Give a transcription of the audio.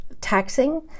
taxing